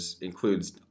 includes